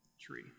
tree